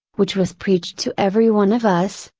which was preached to every one of us,